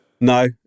No